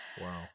Wow